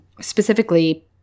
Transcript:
specifically